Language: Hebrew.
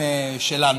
לדברים שלנו.